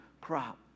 crop